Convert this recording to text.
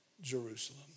Jerusalem